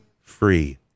free